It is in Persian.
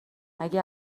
اگه